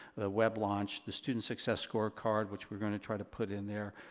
the web launch, the student success scorecard which we're gonna try to put in there,